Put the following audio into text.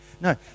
No